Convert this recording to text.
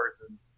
person